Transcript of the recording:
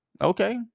okay